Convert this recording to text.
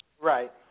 Right